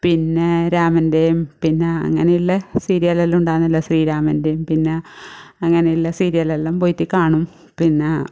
പിന്നെ രാമൻറ്റേയും പിന്നെ അങ്ങനെയുള്ള സീരിയലെല്ലാം ഉണ്ടായിരുന്നല്ലൊ ശ്രീരാമൻറ്റേയും പിന്നെ അങ്ങനെയുള്ള സീരിയലെല്ലാം പോയിട്ട് കാണും പിന്നെ